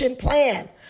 plan